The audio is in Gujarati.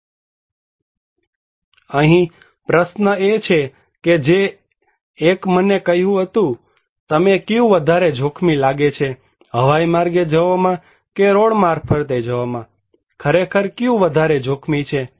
પરંતુ અહીં પ્રશ્ન એ છે કે જે એક મને કહ્યું હતું તમને કયું વધારે જોખમી લાગે છે હવાઈ માર્ગે જવામાં કે રોડ મારફતે જવામાં ખરેખર કયું વધારે જોખમી છે